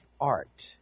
art